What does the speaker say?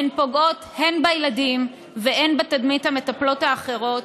הן פוגעות הן בילדים והן בתדמית המטפלות האחרות,